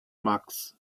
max